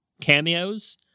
cameos